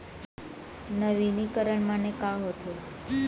नवीनीकरण माने का होथे?